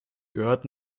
gehört